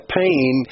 pain